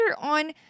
on